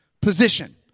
position